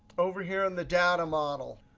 over here in the data model,